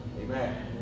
Amen